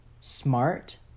smart